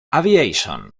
aviation